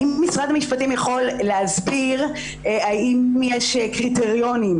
האם משרד המשפטים יכול להזכיר האם יש קריטריונים?